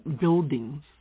buildings